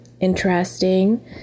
interesting